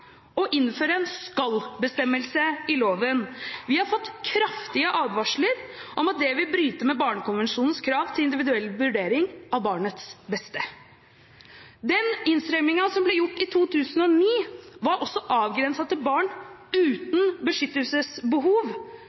innføre en skal-bestemmelse i loven. Vi har fått kraftige advarsler om at det vil bryte med barnekonvensjonens krav til individuell vurdering av barnets beste. Den innstrammingen som ble gjort i 2009, var avgrenset til barn uten beskyttelsesbehov,